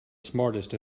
smartest